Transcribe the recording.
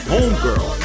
Homegirl